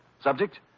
Subject